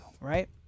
right